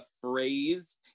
phrase